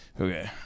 Okay